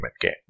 game